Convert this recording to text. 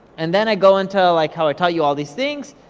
and then i go into like how i tell you all these things,